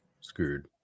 screwed